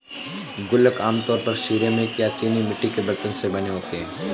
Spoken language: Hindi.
गुल्लक आमतौर पर सिरेमिक या चीनी मिट्टी के बरतन से बने होते हैं